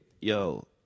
Yo